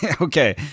Okay